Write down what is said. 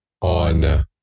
on